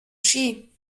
ski